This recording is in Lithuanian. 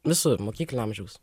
visur mokyklinio amžiaus